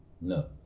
No